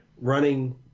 running